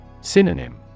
Synonym